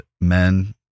men